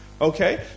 Okay